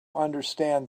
understand